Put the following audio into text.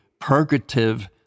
purgative